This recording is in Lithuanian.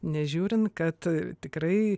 nežiūrint kad tikrai